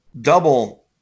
double